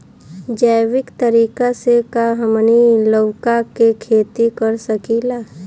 जैविक तरीका से का हमनी लउका के खेती कर सकीला?